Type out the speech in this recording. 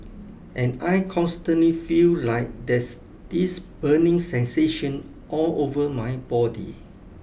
and I constantly feel like there's this burning sensation all over my body